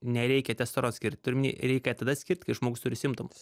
nereikia testosterono atskirt turiu omeny reikia tada askirt kai žmogus turi simptomus